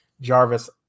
Jarvis